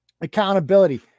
Accountability